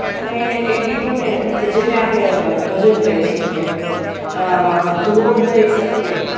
અને એ ગીતોને કે જેને આપણે ભજન કહી શકીએ ધોળ કહી શકીએ